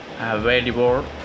Available